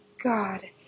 god